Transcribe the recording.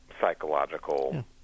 psychological